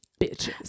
bitches